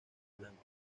blancos